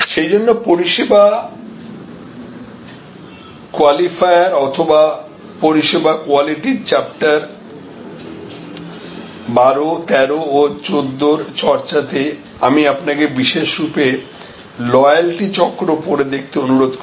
সেইজন্য পরিষেবা কোয়ালিফায়ার অথবা পরিষেবা কোয়ালিটির চ্যাপ্টার 1213 ও 14 এর চর্চাতে আমি আপনাকে বিশেষরূপে লয়ালটি চক্র পড়ে দেখতে অনুরোধ করছি